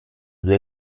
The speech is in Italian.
due